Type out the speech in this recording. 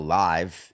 live